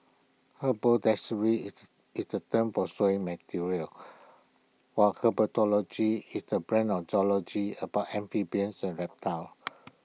haberdashery is is A term for sewing materials while herpetology is the branch of zoology about amphibians and reptiles